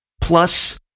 plus